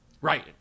Right